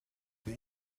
the